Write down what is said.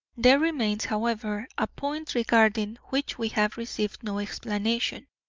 there remains, however, a point regarding which we have received no explanation.